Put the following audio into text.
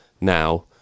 now